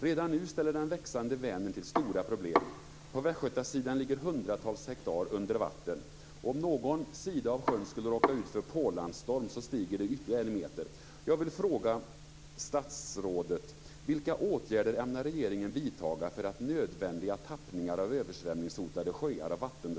Redan nu ställer den växande Vänern till stora problem. På västgötasidan ligger hundratals hektar under vatten. Om någon sida av sjön skulle råka ut för pålandsstorm stiger vattnet ytterligare en meter.